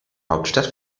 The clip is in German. hauptstadt